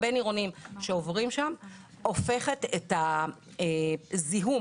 הבין-עירוניים שעוברים שם הופכת את הזיהום